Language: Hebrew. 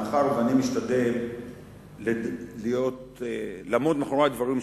מאחר שאני משתדל לעמוד מאחורי הדברים שלי,